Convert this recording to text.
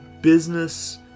business